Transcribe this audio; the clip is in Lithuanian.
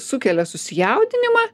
sukelia susijaudinimą